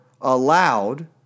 allowed